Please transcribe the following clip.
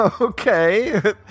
okay